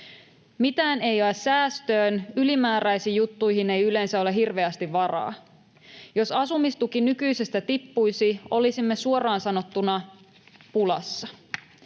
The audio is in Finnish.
Mitään ei jää säästöön, ylimääräisiin juttuihin ei yleensä ole hirveästi varaa. Jos asumistuki nykyisestä tippuisi, olisimme suoraan sanottuna pulassa.